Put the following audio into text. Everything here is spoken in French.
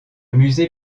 musée